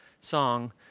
song